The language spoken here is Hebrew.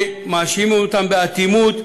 מאשימים אותם באטימות,